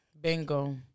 bingo